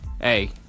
Hey